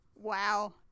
Wow